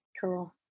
Cool